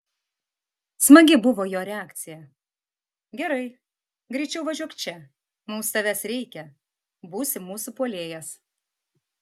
smagi buvo jo reakcija gerai greičiau važiuok čia mums tavęs reikia būsi mūsų puolėjas